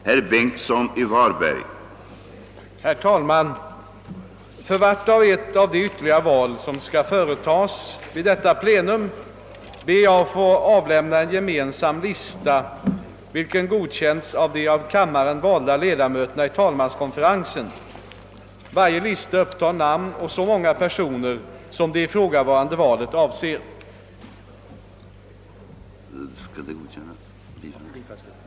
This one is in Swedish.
Herr talman! För vart och ett av de val som skall företagas vid detta plenum ber jag att få avlämna en gemensam lista, vilken godkänts av de av kammaren valda ledamöterna i talmanskonferensen. Varje lista upptar namn å så många personer, som det ifrågavarande valet avser.